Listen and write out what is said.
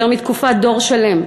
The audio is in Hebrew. יותר מתקופת דור שלם,